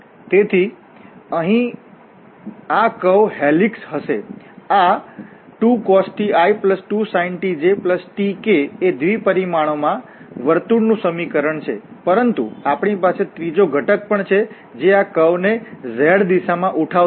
તેથી આ કર્વ અહીં હેલિક્સ હશે આ 2cos ti 2sin t jtk એ દ્વિ પરિમાણોમાં વર્તુળનું સમીકરણ છે પરંતુ આપણી પાસે ત્રીજો ઘટક પણ છે જે આ કર્વવળાંક ને z દિશામાં ઉઠાવસે